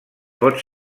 pot